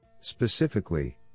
Specifically